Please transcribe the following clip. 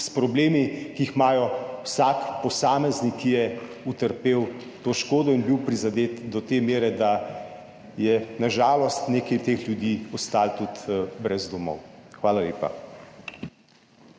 s problemi, ki jih imajo, vsak posameznik, ki je utrpel to škodo in bil prizadet do te mere, da je na žalost nekaj teh ljudi ostalo tudi brez domov. Hvala lepa.